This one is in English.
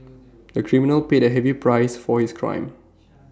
the criminal paid A heavy price for his crime